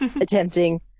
attempting